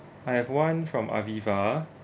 I have one from Aviva